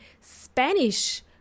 Spanish